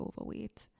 overweight